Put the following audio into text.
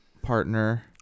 partner